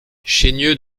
chaigneux